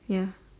ya